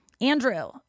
Andrew